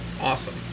awesome